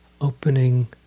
opening